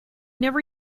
never